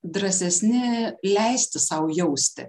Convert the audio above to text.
drąsesni leisti sau jausti